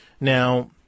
Now